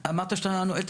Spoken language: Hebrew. לא, אמרת שאתה נועל את